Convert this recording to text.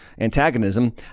antagonism